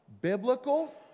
biblical